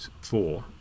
four